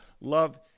Love